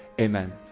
Amen